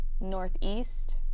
northeast